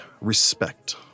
Respect